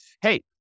hey